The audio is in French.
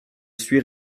suis